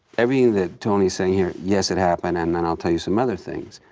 everything that tony's saying here, yes it happened and and i'll tell you some other things,